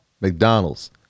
McDonald's